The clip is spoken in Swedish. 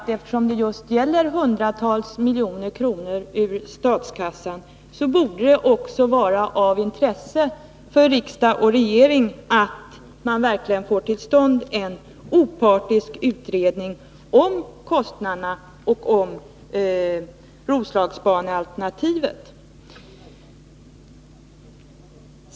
Men eftersom det just gäller hundratals miljoner kronor ur statskassan borde det också, tycker jag, vara av intresse för riksdag och regering att man verkligen får till stånd en opartisk utredning om kostnaderna för Roslagsbanealternativet.